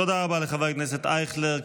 תודה רבה לחבר הכנסת אייכלר.